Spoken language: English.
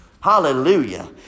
Hallelujah